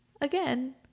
again